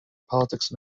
politics